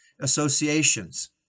associations